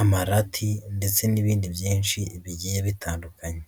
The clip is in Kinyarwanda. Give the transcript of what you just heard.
amarati ndetse n'ibindi byinshi bigiye bitandukanye.